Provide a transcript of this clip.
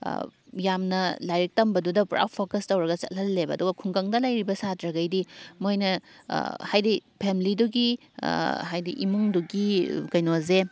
ꯌꯥꯝꯅ ꯂꯥꯏꯔꯤꯛ ꯇꯝꯕꯗꯨꯗ ꯄꯨꯔꯥ ꯐꯣꯀꯁ ꯇꯧꯔꯒ ꯆꯠꯍꯜꯂꯦꯕ ꯑꯗꯨꯒ ꯈꯨꯡꯒꯪꯗ ꯂꯩꯔꯤꯕ ꯁꯥꯇ꯭ꯔꯈꯩꯗꯤ ꯃꯣꯏꯅ ꯍꯥꯏꯗꯤ ꯐꯦꯝꯂꯤꯗꯨꯒꯤ ꯍꯥꯏꯗꯤ ꯏꯃꯨꯡꯗꯨꯒꯤ ꯀꯩꯅꯣꯁꯦ